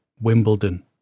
Wimbledon